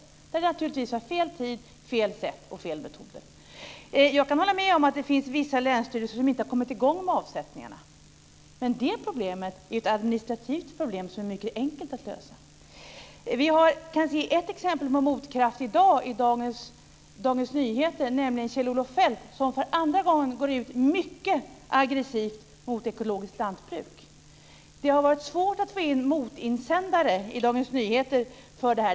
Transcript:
Då var det naturligtvis fråga om fel tid, fel sätt och fel metoder. Jag kan hålla med om att det finns vissa länsstyrelser som inte har kommit i gång med avsättningarna. Men det är ett administrativt problem som är mycket enkelt att lösa. Vi kan se ett exempel på en motkraft i dag i Dagens Nyheter. Det är nämligen Kjell-Olof Feldt, som för andra gången går ut mycket aggressivt mot ekologiskt lantbruk. Det har varit svårt att få in motinsändare angående det här i Dagens Nyheter.